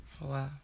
Wow